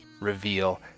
reveal